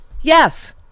Yes